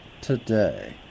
today